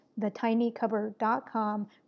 thetinycover.com